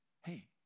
Hey